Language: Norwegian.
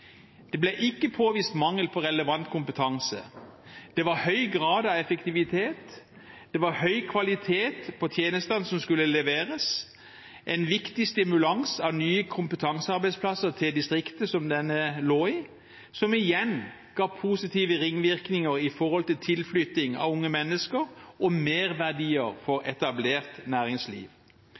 Det ble ikke påvist mangel på relevant kompetanse. Det var høy grad av effektivitet, og det var høy kvalitet på tjenestene som skulle leveres – en viktig stimulans fra de nye kompetansearbeidsplassene til distriktet som disse lå i, noe som igjen ga positive ringvirkninger når det gjaldt tilflytting av unge mennesker og merverdi for etablert næringsliv.